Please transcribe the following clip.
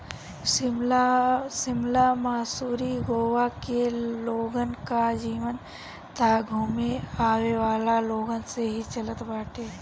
शिमला, मसूरी, गोवा के लोगन कअ जीवन तअ घूमे आवेवाला लोगन से ही चलत बाटे